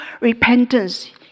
repentance